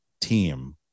team